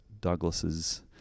Douglas's